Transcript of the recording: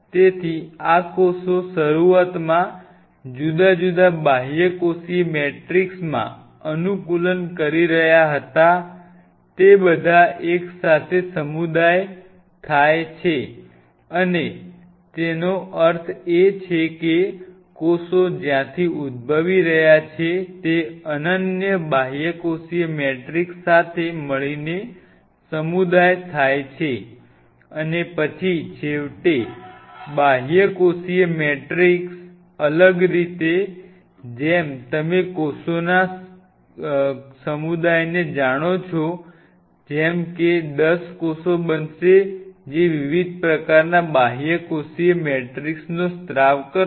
તેથી આ કોષો શરૂઆતમાં જુદા જુદા બાહ્યકોષીય મેટ્રિક્સમાં અનુકૂલન કરી રહ્યા હતા તે બધા એકસાથે સમુદાય થયા છે તેનો અર્થ એ છે કે કોષો જ્યાંથી ઉદ્ભવી રહ્યા છીએ તે અનન્ય બાહ્યકોષીય મેટ્રિક્સ સાથે મળીને સમુદાય થાય છે અને પછી છેવટે બાહ્યકોષીય મેટ્રિક્સ અલગ રીતે જેમ તમે કોષોના કોષ સમુદાયને જાણો છો જેમ કે દસ કોષો બનશે જે વિવિધ પ્રકારના બાહ્યકોષીય મેટ્રિક્સનો સ્ત્રાવ કરશે